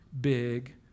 big